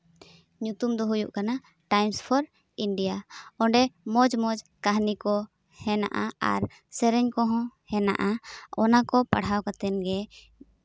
ᱧᱩᱛᱩᱢ ᱫᱚ ᱦᱩᱭᱩᱜ ᱠᱟᱱᱟ ᱴᱟᱭᱤᱢᱥ ᱯᱷᱚᱨ ᱤᱱᱰᱤᱭᱟ ᱚᱸᱰᱮ ᱢᱚᱡᱽ ᱢᱚᱡᱽ ᱠᱟᱹᱦᱱᱤ ᱠᱚ ᱦᱮᱱᱟᱜᱼᱟ ᱟᱨ ᱥᱮᱨᱮᱧ ᱠᱚᱦᱚᱸ ᱦᱮᱱᱟᱜᱼᱟ ᱚᱱᱟ ᱠᱚ ᱯᱟᱲᱦᱟᱣ ᱠᱟᱛᱮᱫ ᱜᱮ